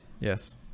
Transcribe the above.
yes